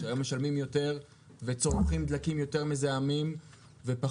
שהיום משלמים יותר וצורכים דלקים יותר מזהמים ושוב,